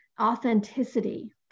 authenticity